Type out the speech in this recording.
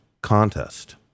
contest